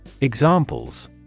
Examples